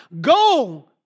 go